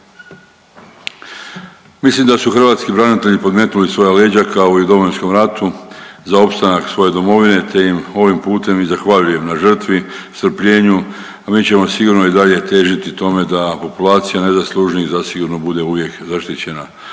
Mislim da su hrvatski branitelji podmetnuli svoja leđa kao i u Domovinskom ratu za opstanak svoje domovine, te im ovim putem i zahvaljujem na žrtvi i strpljenju, a mi ćemo sigurno i dalje težiti tome da populacija najzaslužnijih zasigurno bude uvijek zaštićena